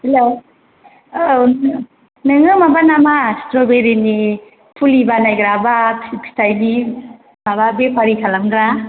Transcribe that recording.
hello औ नोङो माबा नामा स्ट्रबेरिनि फुलि बानायग्रा बा फिथाइनि माबा बेफारि खालामग्रा